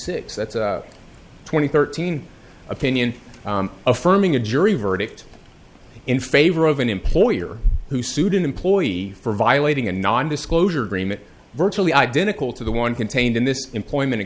six that's twenty thirteen opinion affirming a jury verdict in favor of an employer who sued an employee for violating a non disclosure agreement virtually identical to the one contained in this employment